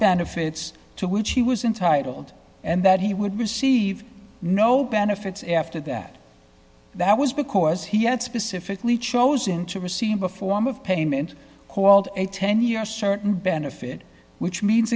benefits to which he was entitled and that he would receive no benefits after that that was because he had specifically chosen to receive a form of payment called a ten year certain benefit which means